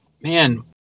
Man